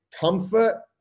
comfort